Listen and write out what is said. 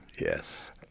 Yes